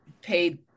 paid